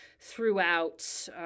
throughout